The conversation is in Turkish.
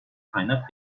kaynak